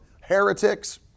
heretics